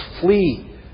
flee